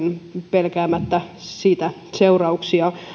pelkäämättä siitä seurauksia